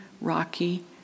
rocky